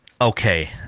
Okay